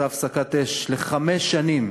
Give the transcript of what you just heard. אותה הפסקת אש, לחמש שנים.